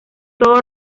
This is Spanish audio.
todo